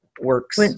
works